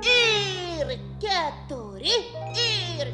ir keturi ir